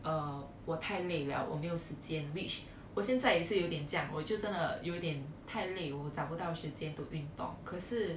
err 我太累了我没有时间 which 我现在也是有点这样我就真的有一点太累我找不到时间 to 运动可是